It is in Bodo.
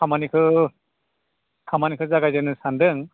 खामानिखौ खामानिखौ जागायजेननो सानदों